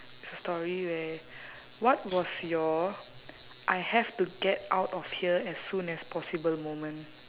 it's a story where what was your I have to get out of here as soon as possible moment